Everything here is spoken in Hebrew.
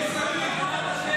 ושיקלי אותו דבר.